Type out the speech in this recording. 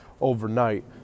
overnight